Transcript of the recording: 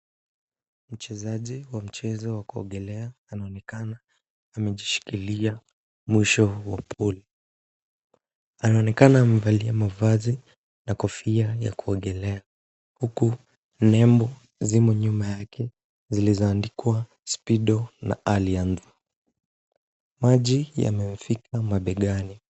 Mchezaji wa mchezo wa kuogelea anaonekana amejishikilia mwisho wa pool . Anaonekana amebalia mavazi na kofia ya kuogelea. uku nembo zimo nyuma yake zilizoandikwa "Speedo na Allianz". Maji yamewafika mabegani.